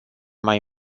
mai